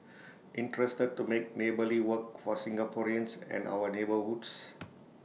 interested to make neighbourly work for Singaporeans and our neighbourhoods